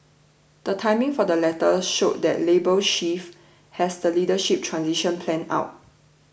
the timing for the letters showed that Labour Chief has the leadership transition planned out